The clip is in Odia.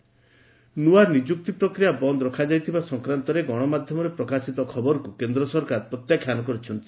ନିଉ ରିକ୍ରଟମେଣ୍ଟ୍ ନୂଆ ନିଯୁକ୍ତି ପ୍ରକ୍ରିୟା ବନ୍ଦ ରଖାଯାଇଥିବା ସଫକ୍ରାନ୍ତରେ ଗଣମାଧ୍ୟମରେ ପ୍ରଚାରିତ ଖବରକୁ କେନ୍ଦ୍ର ସରକାର ପ୍ରତ୍ୟାଖ୍ୟାନ କରିଛନ୍ତି